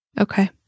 Okay